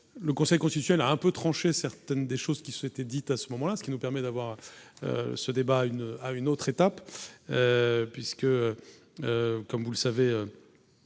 le Conseil constitutionnel a un peu trancher certaines des choses qui souhaitait dit à ce moment-là, ce qui nous permet d'avoir ce débat une à une autre étape, puisque comme vous le savez